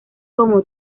como